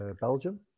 Belgium